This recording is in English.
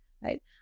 right